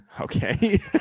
Okay